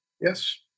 Yes